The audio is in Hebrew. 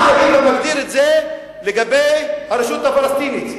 מה היית מגדיר את זה לגבי הרשות הפלסטינית,